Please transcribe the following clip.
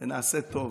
ונעשה טוב